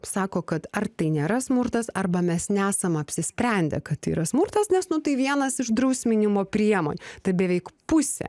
sako kad ar tai nėra smurtas arba mes nesam apsisprendę kad yra smurtas nes tai vienas iš drausminimo priemonių tai beveik pusė